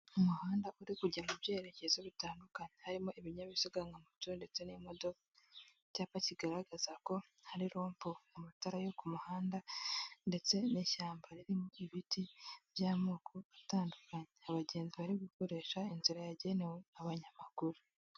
Umuhanda uri kujya mu byerekezo bitandukanye, harimo ibinyabiziga nka moto ndetse n'imodoka, icyapa kigaragaza ko hari rompuwe, amatara yo ku muhanda ndetse n'ishyamba ririmo ibiti by'amoko atandukanye, abagenzi bari gukoresha inzira yagenewe abanyamaguru.